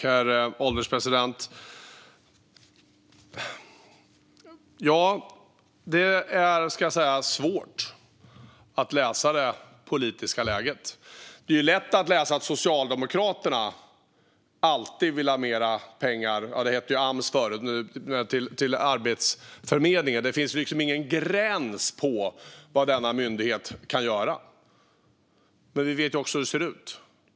Herr ålderspresident! Det är svårt att läsa det politiska läget. Det är ju lätt att se att Socialdemokraterna alltid vill ha mer pengar till Arbetsförmedlingen, eller Ams, som det hette förut. Det finns ingen gräns för vad denna myndighet kan göra. Men vi vet ju också hur det ser ut.